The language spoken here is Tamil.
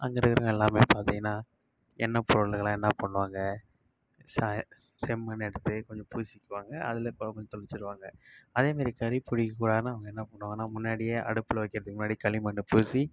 அங்கே இருக்கிறவுங்க எல்லாருமே பார்த்தீங்கன்னா எண்ணெய் பொருளுக்கெலாம் என்ன பண்ணுவாங்க சா செம்மண் எடுத்து கொஞ்சம் பூசிக்குவாங்க அதில் தெளிச்சிருவாங்க அதேமாரி கரி பிடிக்க கூடாதுனால் அவங்க என்ன பண்ணுவாங்கன்னா முன்னாடியே அடுப்பில் வைக்கிறதுக்கு முன்னாடியே களிமண்ணை பூசி